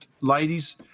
ladies